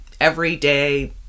everyday